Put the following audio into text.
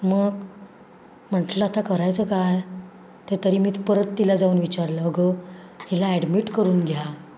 मग म्हटलं आता करायचं काय ते तरी मी तर परत तिला जाऊन विचारलं अगं हिला ॲडमिट करून घ्या